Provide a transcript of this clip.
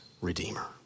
redeemer